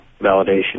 validation